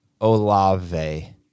Olave